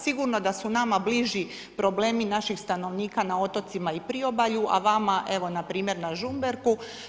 Sigurno da su nama bliži problemi naših stanovnika na otocima i priobalju, a vama evo npr. na Žumberku.